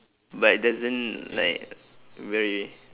but it doesn't like very